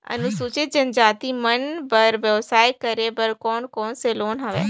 अनुसूचित जनजाति मन बर व्यवसाय करे बर कौन कौन से लोन हवे?